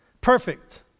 Perfect